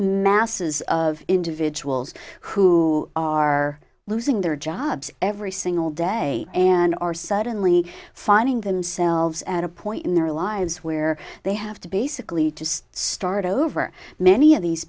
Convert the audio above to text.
masses of individuals who are losing their jobs every single day and are suddenly finding themselves at a point in their lives where they have to basically to start over many of these